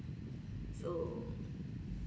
so ya